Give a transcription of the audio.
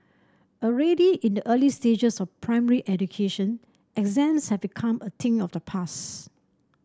already in the early stages of primary education exams have become a thing of the past